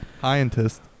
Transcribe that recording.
scientist